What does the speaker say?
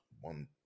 one